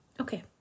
Okay